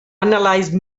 analyse